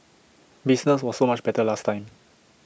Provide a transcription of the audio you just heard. business was so much better last time